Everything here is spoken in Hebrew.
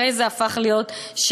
הרי זה הפך להיות שלנו.